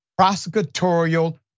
prosecutorial